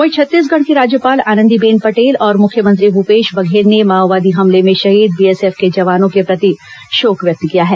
वहीं छत्तीसगढ़ की राज्यपाल आनंदीबेन पटेल और मुख्यमंत्री भूपेश बघेल ने माओवादी हमले में शहीद बीएसएफ के जवानों के प्रति शोक व्यक्त किया है